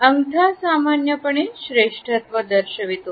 अंगठा सामान्यपणे श्रेष्ठत्व दर्शवितो